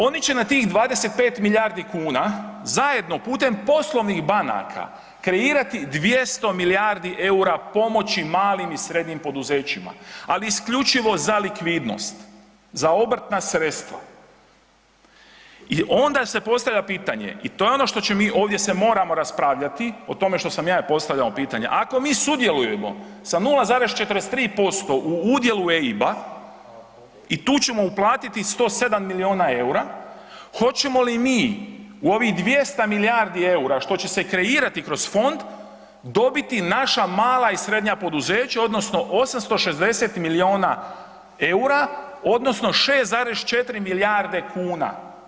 Oni će na tih 25 milijardi kuna zajedno putem poslovnih banaka kreirati 200 milijardi eura pomoći malim i srednjim poduzećima, ali isključivo za likvidnost, za obrtna sredstva i onda se postavlja pitanje i to je ono što ćemo mi, ovdje se moramo raspravljati i tome što sam ja postavljao pitanje, ako mi sudjelujemo sa 0,43% u udjelu EIB-a i tu ćemo uplatiti 107 milijuna eura, hoćemo li mi u ovih 200 milijardi eura što će se kreirati kroz fond, dobiti naša mala i srednja poduzeća odnosno 860 milijuna eura, odnosno 6,4 milijarde kuna.